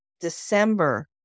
December